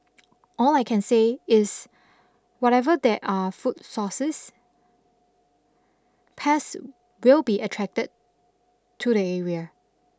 all I can say is whatever there are food sources pests will be attracted to the area